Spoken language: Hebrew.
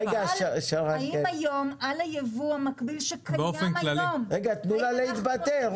היום על היבוא המקביל שקיים היום --- לא.